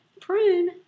Prune